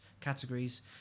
categories